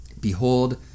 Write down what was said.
Behold